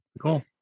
Cool